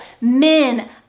men